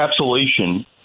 encapsulation